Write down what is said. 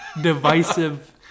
divisive